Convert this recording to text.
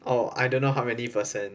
or I don't know how many percent